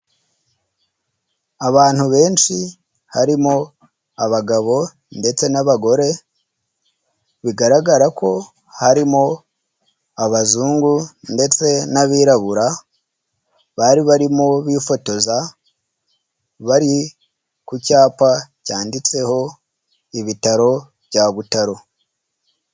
Abantu benshi harimo abagabo ndetse n'abagore bigaragara ko harimo abazungu ndetse n'abirabura bari barimo bifotoza bari ku cyapa cyanditseho ibitaro bya Butaro.